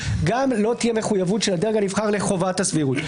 לא תהיה גם מחויבות של הדרג הנבחר לחובת הסבירות.